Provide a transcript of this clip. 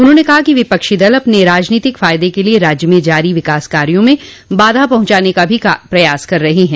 उन्होंने कहा कि विपक्षी दल अपने राजनीतिक फायदे के लिये राज्य में जारी विकास कार्यो में बाधा पहुंचाने का भी प्रयास कर रहे हैं